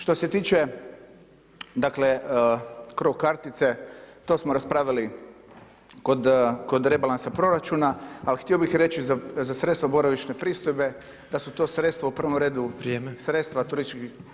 Što se tiče, dakle, CRO kartice, to smo raspravili kod rebalansa proračuna, al' htio bi reći za sredstva boravišne pristojbe, da su to sredstva u prvom redu, sredstva turističkih,